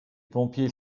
pompiers